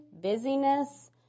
busyness